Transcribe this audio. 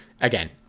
again